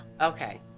Okay